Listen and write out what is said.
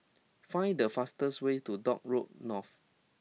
find the fastest way to Dock Road North